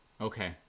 Okay